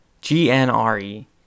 G-N-R-E